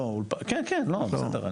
כן, כן, בסדר.